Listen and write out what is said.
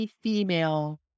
female